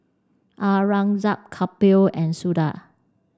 Aurangzeb Kapil and Suda